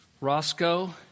Roscoe